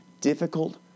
difficult